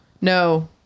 no